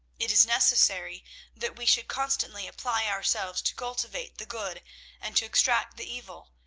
it is necessary that we should constantly apply ourselves to cultivate the good and to extract the evil,